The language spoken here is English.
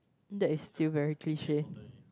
that is still very cliche